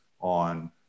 on